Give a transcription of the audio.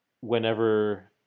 whenever